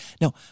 Now